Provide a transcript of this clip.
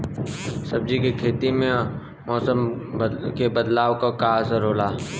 सब्जी के खेती में मौसम के बदलाव क का असर होला?